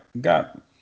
Got